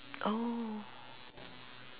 oh